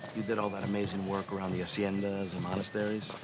you did all that amazing work around the haciendas and monasteries.